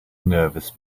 nervous